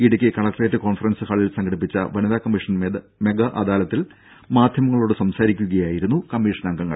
Idukki collectorate conference ഹാളിൽ സംഘടിപ്പിച്ച വനിതാ കമ്മീഷൻ മെഗാ അദാലത്തിൽ മാധ്യമങ്ങളോട് സംസാരിക്കുകയായിരുന്നു കമ്മീഷൻ അംഗങ്ങൾ